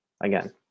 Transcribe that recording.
again